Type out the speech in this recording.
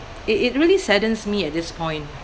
it it really saddens me at this point